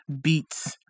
Beats